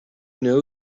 know